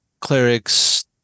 clerics